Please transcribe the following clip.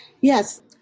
yes